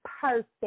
perfect